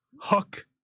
Hook